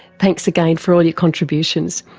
thanks again for all your contributions.